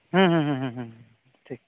ᱦᱩᱸ ᱦᱩᱸ ᱦᱩᱸ ᱦᱩᱸ ᱦᱩᱸ ᱴᱷᱤᱠ